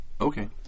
Okay